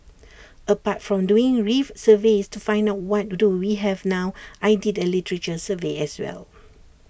apart from doing reef surveys to find out what do we have now I did A literature survey as well